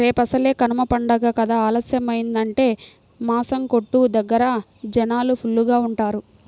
రేపసలే కనమ పండగ కదా ఆలస్యమయ్యిందంటే మాసం కొట్టు దగ్గర జనాలు ఫుల్లుగా ఉంటారు